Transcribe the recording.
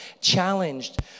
challenged